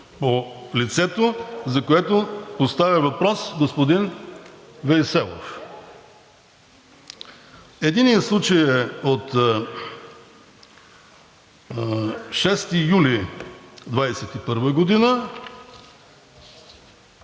по лицето, за което поставя въпрос господин Вейселов. Единият случай е от 6 юли 2021 г., а